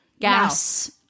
gas